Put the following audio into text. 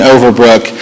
Overbrook